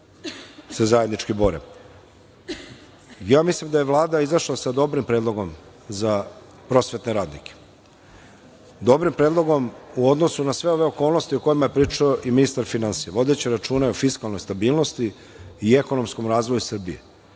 se zajednički bore. Ja mislim da je Vlada izašla sa dobrim predlogom za prosvetne radnike, dobrim predlogom u odnosu na sve ove okolnosti o kojima je pričao i ministar finansija, vodeći računa i o fiskalnoj stabilnosti i ekonomskom razvoju Srbije. Ako